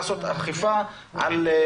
אבל אי-אפשר לעשות אכיפה על העסקים